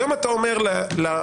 היום אתה אומר לאפוטרופוס: